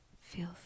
feel